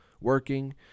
working